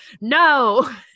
no